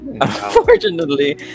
unfortunately